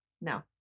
No